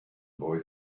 boy